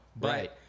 right